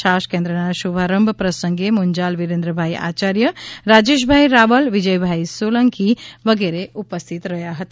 છાશ કેન્દ્રના શુભારંભ પ્રસંગે મુંજાલ વિરેન્દ્રભાઈ આચાર્ય રાજેશભાઈ રાવલ વિજય ભાઈ સોલંકી વિગેરે ઉપસ્થિત રહ્યા હતા